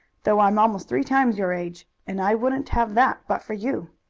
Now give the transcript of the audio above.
though i'm almost three times your age. and i wouldn't have that but for you.